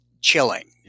chilling